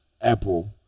Apple